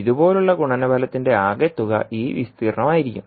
ഇതുപോലുള്ള ഗുണനഫലത്തിന്റെ ആകെത്തുക ഈ വിസ്തീർണ്ണമായിരിക്കും